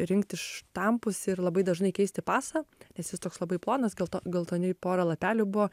rinkti štampus ir labai dažnai keisti pasą nes jis toks labai plonas gelto geltoni porą lapelių buo